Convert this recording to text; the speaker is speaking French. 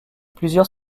plusieurs